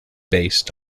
based